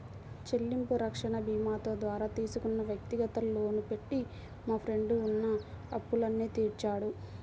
చెల్లింపు రక్షణ భీమాతో ద్వారా తీసుకున్న వ్యక్తిగత లోను పెట్టి మా ఫ్రెండు ఉన్న అప్పులన్నీ తీర్చాడు